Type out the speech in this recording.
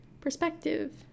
perspective